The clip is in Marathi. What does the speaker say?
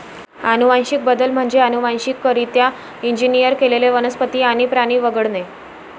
अनुवांशिक बदल म्हणजे अनुवांशिकरित्या इंजिनियर केलेले वनस्पती आणि प्राणी वगळणे